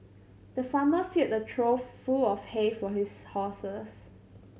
the farmer filled a trough full of hay for his horses